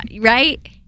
right